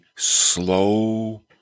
Slow